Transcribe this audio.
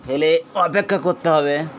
ফেলে অপেক্ষা করতে হবে